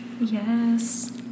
Yes